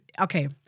okay